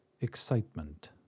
Excitement